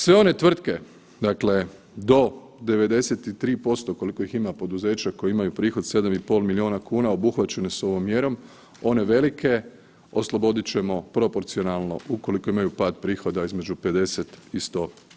Sve one tvrtke, dakle do 93% koliko ih ima poduzeća koji imaju prihod 7,5 milijuna kuna, obuhvaćene su ovom mjerom, one velike oslobodit ćemo proporcionalno ukoliko imaju pad prihoda između 50 i 100%